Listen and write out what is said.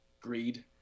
Greed